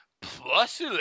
plus